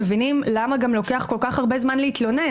מבינים למה גם לוקח כל כך הרבה זמן להתלונן.